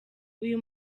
uyu